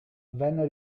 venne